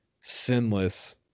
sinless